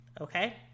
Okay